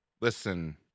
listen